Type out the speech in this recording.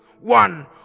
one